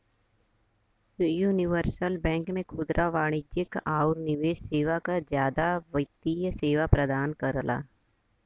universal bank में खुदरा वाणिज्यिक आउर निवेश सेवा क जादा वित्तीय सेवा प्रदान करला